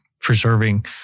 preserving